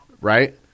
right